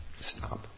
stop